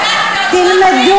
תלמדו,